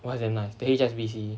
!wah! it's damn nice the H_S_B_C